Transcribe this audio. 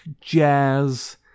jazz